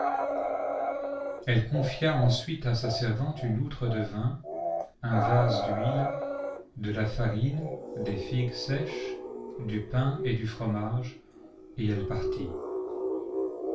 elle confia ensuite à sa servante une outre de vin un vase d'huile de la farine des figues sèches du pain et du fromage et elle partit